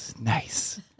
Nice